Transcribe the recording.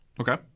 Okay